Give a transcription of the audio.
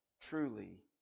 truly